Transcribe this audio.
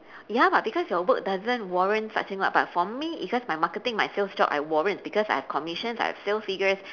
ya but because your work doesn't warrant such thing [what] but for me it's just my marketing my sales job I warrant because I have commissions I have sales figures